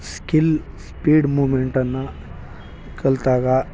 skill speed ಮೂಮೆಂಟನ್ನು ಕಲಿತಾಗ